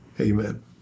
Amen